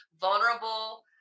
vulnerable